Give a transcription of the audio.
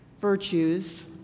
virtues